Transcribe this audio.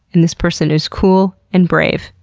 and this person is cool and brave.